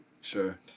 sure